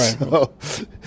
Right